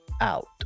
out